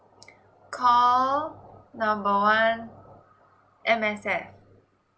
call number one M_S_F